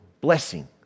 blessing